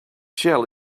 shell